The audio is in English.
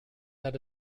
set